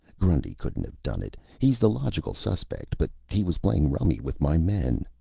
grundy couldn't have done it. he's the logical suspect, but he was playing rummy with my men.